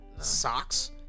Socks